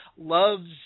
loves